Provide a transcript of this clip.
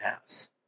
house